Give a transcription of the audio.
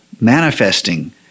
manifesting